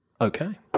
Okay